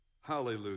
Hallelujah